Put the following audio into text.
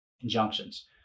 injunctions